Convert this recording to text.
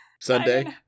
Sunday